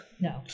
No